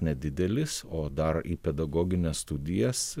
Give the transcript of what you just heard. nedidelis o dar į pedagogines studijas